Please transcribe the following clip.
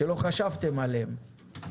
נהפוך הוא,